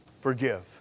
forgive